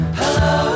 hello